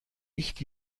nicht